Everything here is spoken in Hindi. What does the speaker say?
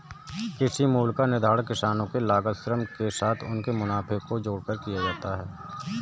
कृषि मूल्य का निर्धारण किसानों के लागत और श्रम के साथ उनके मुनाफे को जोड़कर किया जाता है